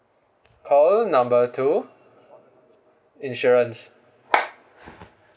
call number two insurance